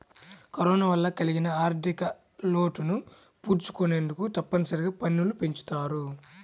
corona వల్ల కలిగిన ఆర్ధికలోటును పూడ్చుకొనేందుకు తప్పనిసరిగా పన్నులు పెంచుతారు